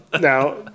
Now